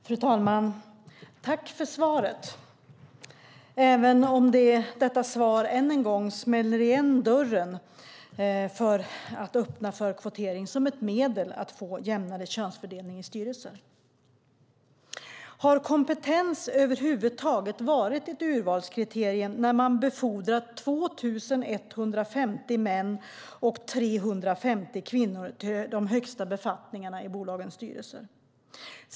Fru talman! Tack för svaret, statsrådet, även om det än en gång smäller igen dörren för att öppna för kvotering som ett medel för att få jämnare könsfördelning i styrelser. Har kompetens över huvud taget varit ett urvalskriterium när man befordrat 2 150 män och 350 kvinnor till de högsta befattningarna i bolagens styrelser?